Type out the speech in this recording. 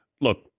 Look